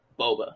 Boba